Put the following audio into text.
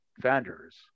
vendors